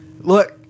Look